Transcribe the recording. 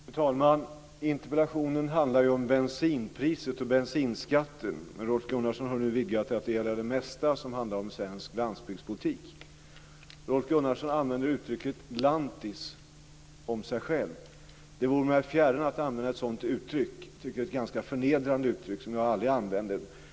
Fru talman! Interpellationen handlar ju om bensinpriset och bensinskatten, men Rolf Gunnarsson har nu vidgat den till att gälla det mesta som handlar om svensk landsbygdspolitik. Rolf Gunnarsson använder uttrycket lantis om sig själv. Det vore mig fjärran att använda ett sådant uttryck. Jag tycker att det är ett ganska förnedrande uttryck som jag aldrig använder.